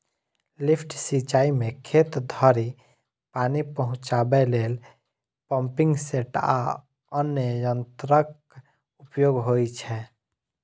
lift सिंचाइ मे खेत धरि पानि पहुंचाबै लेल पंपिंग सेट आ अन्य यंत्रक उपयोग होइ छै